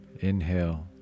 Inhale